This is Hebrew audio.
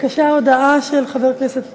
בבקשה, הודעה של חבר הכנסת אקוניס.